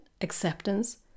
acceptance